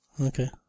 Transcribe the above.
Okay